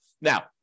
now